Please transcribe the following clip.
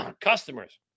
customers